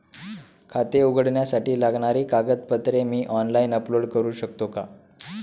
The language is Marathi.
खाते उघडण्यासाठी लागणारी कागदपत्रे मी ऑनलाइन अपलोड करू शकतो का?